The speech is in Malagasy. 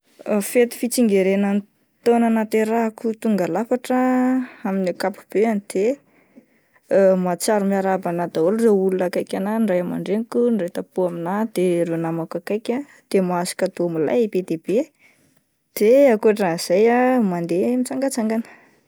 Fety fitsingerenan'ny taona nahaterahako tonga lafatra amin'ny akapobeany de mahatsiaro miarahaba ahy daholo ny olona akaiky anahy ny ray aman-dreniko ny iray tampo aminahy dia ireo namako akaiky ah, de mahazo kadô milay be dia de, de akotran'izay ah mandeha mitsangatsangana.